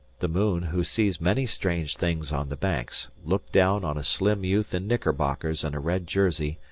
the moon, who sees many strange things on the banks, looked down on a slim youth in knickerbockers and a red jersey,